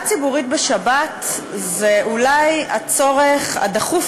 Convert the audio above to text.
תחבורה ציבורית בשבת זה אולי הצורך הדחוף